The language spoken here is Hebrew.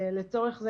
לצורך זה,